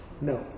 No